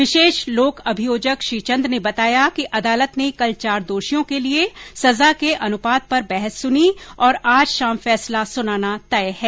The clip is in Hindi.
विशेष लोक अभियोजक श्रीचंद ने बताया कि अदालत ने कल चार दोषियों के लिए सजा के अनुपात पर बहस सुनी और आज शाम फैसला सुनाना तय किया है